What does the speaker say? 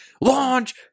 launch